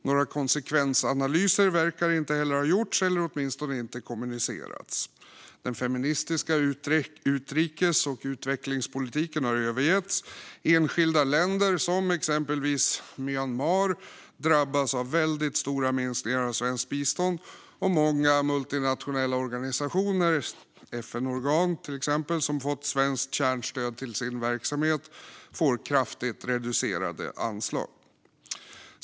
Några konsekvensanalyser verkar inte heller ha gjorts eller har åtminstone inte kommunicerats. Den feministiska utrikes och utvecklingspolitiken har övergetts. Enskilda länder, exempelvis Myanmar, drabbas av väldigt stora minskningar av svenskt bistånd, och många multinationella organisationer, till exempel FN-organ, som fått svenskt kärnstöd till sina verksamheter får kraftigt reducerade anslag.